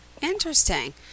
interesting